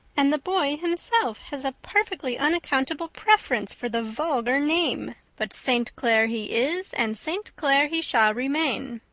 and the boy himself has a perfectly unaccountable preference for the vulgar name. but st. clair he is and st. clair he shall remain.